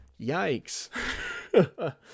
yikes